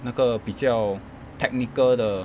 那个比较 technical 的